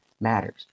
matters